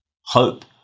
hope